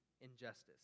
injustice